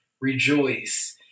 rejoice